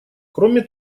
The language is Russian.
кроме